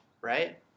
right